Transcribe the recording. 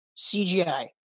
CGI